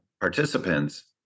participants